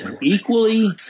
equally